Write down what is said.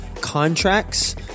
contracts